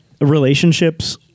relationships